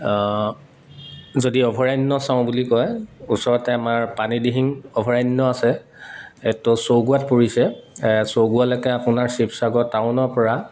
যদি অভয়াৰণ্য চাওঁ বুলি কয় ওচৰতে আমাৰ পানীদিহিং অভয়াৰণ্য আছে এইটো চৌগুৱাত পৰিছে চৌগুৱালৈকে আপোনাৰ শিৱসাগৰ টাউনৰ পৰা